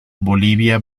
bolivia